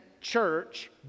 church